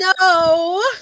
No